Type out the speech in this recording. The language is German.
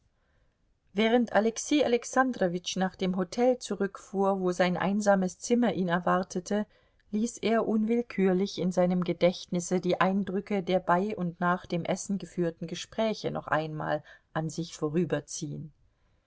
während alexei alexandrowitsch nach dem hotel zurückfuhr wo sein einsames zimmer ihn erwartete ließ er unwillkürlich in seinem gedächtnisse die eindrücke der bei und nach dem essen geführten gespräche noch einmal an sich